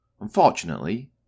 Unfortunately